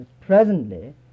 presently